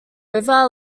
river